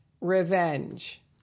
revenge